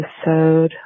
episode